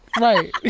right